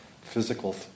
physical